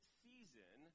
season